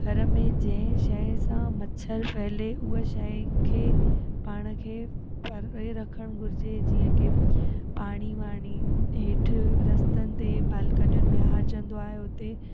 घर में जंहिं शइ सां मछर फ़हिले उहा शइ खे पाण खे परे रखण घुरिजे जीअं की पाणी वाणी हेठि रस्तनि ते बालकनियुनि में हारजंदो आहे उते